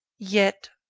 yet